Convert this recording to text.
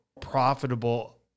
profitable